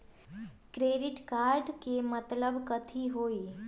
Credit card के मतलब कथी होई?